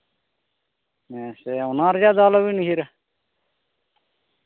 ᱦᱮᱸᱥᱮ ᱚᱱᱟ ᱨᱮᱭᱟᱜ ᱫᱚ ᱟᱞᱚᱵᱮᱱ ᱩᱭᱦᱟᱹᱨᱟ